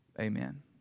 Amen